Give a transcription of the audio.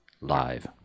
live